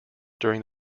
during